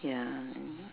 ya